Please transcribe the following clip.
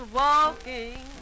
walking